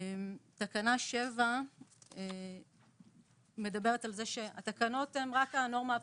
תקנה 7. התקנות הן רק הנורמה הבסיסית.